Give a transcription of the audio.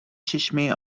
چشمه